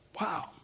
Wow